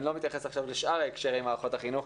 אני לא מתייחס עכשיו לשאר ההקשר עם מערכות החינוך,